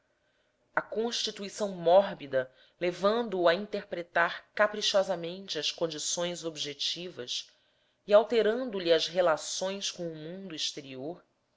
a constituição mórbida levando-o a interpretar caprichosamente as condições objetivas e alterando lhes as relações com o mundo exterior